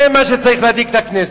זה מה שצריך להדאיג את הכנסת.